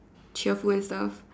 cheerful and stuff